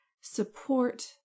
support